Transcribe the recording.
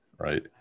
right